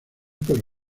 pero